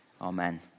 Amen